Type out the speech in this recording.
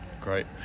Great